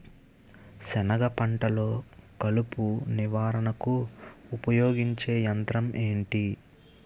సెనగ పంటలో కలుపు నివారణకు ఉపయోగించే యంత్రం ఏంటి?